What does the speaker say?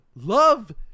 Love